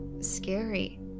scary